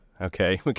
okay